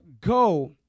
go